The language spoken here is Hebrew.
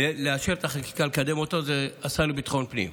אישור החקיקה וקידומה זה השר לביטחון הפנים.